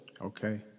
Okay